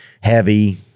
heavy